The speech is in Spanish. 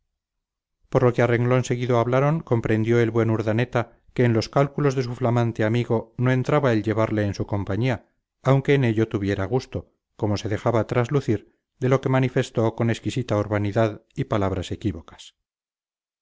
por lo que a renglón seguido hablaron comprendió el buen urdaneta que en los cálculos de su flamante amigo no entraba el llevarle en su compañía aunque en ello tuviera gusto como se dejaba traslucir de lo que manifestó con exquisita urbanidad y palabras equívocas